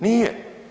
Nije.